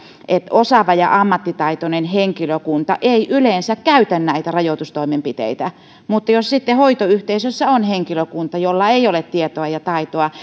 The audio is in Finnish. siitä että osaava ja ammattitaitoinen henkilökunta ei yleensä käytä näitä rajoitustoimenpiteitä mutta jos sitten hoitoyhteisössä on henkilökunta jolla ei ole tietoa ja taitoa